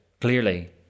Clearly